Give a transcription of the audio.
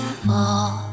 fall